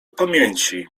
pamięci